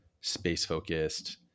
space-focused